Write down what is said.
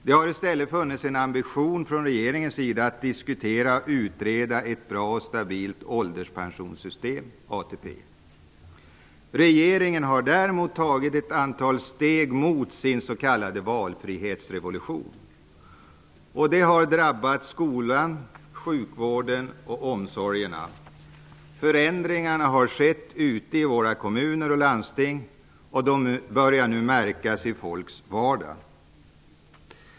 Det har i stället funnits en ambition från regeringens sida att diskutera och utreda ett bra och stabilt ålderpensionssystem, ATP. Regeringen har däremot tagit ett antal steg mot sin s.k. valfrihetsrevolution. Det har drabbat skolan, sjukvården och omsorgerna. Förändringarna har skett ute i våra kommuner och landsting. De börjar nu märkas i människors vardag.